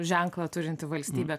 ženklą turinti valstybė